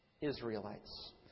Israelites